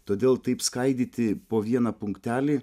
todėl taip skaidyti po vieną punktelį